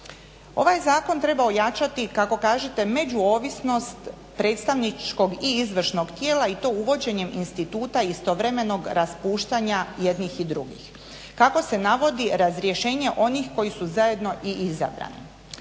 Ovaj zakon treba ojačati kako kažete međuovisnost predstavničkog i izvršnog tijela i to uvođenjem instituta istovremenog raspuštanja jednih i drugih, kako se navodi razrješenje onih koji su zajedno i izabrani.